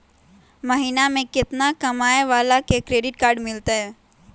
महीना में केतना कमाय वाला के क्रेडिट कार्ड मिलतै?